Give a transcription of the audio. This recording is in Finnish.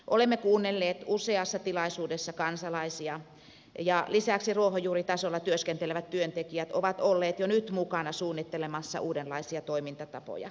olemme kuunnelleet useassa tilaisuudessa kansalaisia ja lisäksi ruohonjuuritasolla työskentelevät työntekijät ovat olleet jo nyt mukana suunnittelemassa uudenlaisia toimintatapoja